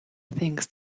things